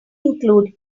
include